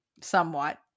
somewhat